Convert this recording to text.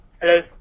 Hello